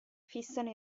fissano